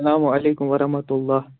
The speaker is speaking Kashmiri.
سلامُ علیکُم وَرحمتہ اللہ